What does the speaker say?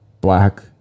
Black